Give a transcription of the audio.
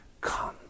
come